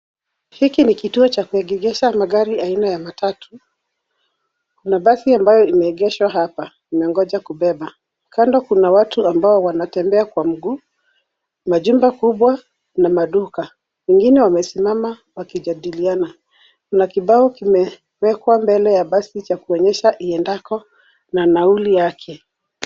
Hiki ni kituo cha kuegesha magari aina ya matatu, kuna basi ambayo imeegeshwa hapa, imengoja kubeba. Kando kuna watu ambao wanatembea kwa mguu, majumba kubwa na maduka. Wengine wamesimama wakijadiliana. Kuna kibao kimewekwa mbele ya basi, cha kuonyesha iendako na nauli yake.